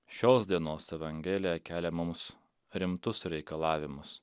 šios dienos evangelija kelia mums rimtus reikalavimus